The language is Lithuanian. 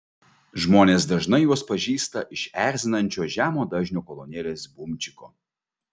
žmonės dažnai juos pažįsta iš erzinančio žemo dažnio kolonėlės bumčiko